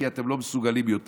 כי אתם לא מסוגלים יותר,